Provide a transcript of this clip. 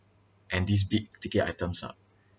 and these big ticket items ah